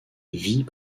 vit